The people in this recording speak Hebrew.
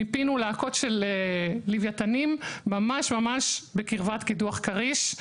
מפינו להקות של ליוויתים ממש בקרבת קידוח כריש,